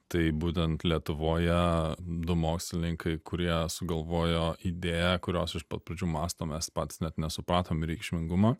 tai būtent lietuvoje du mokslininkai kurie sugalvojo idėją kurios iš pat pradžių mąsto mes patys net nesupratom reikšmingumo